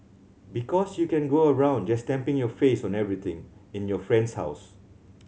because you can go around just stamping your face on everything in your friend's house